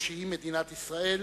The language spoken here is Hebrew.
היא מדינת ישראל,